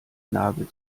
nagel